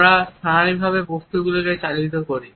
আমরা স্নায়বিকভাবে বস্তুগুলিকে চালিত করি